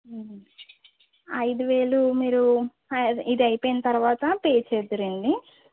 ఐదు వేలు మీరు అ ఇది అయిపోయిన తర్వాత పే చేద్డురండి